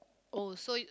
oh so you